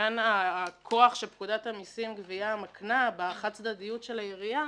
עניין הכוח שפקודת המסים (גבייה) מקנה בחד צדדיות של העירייה,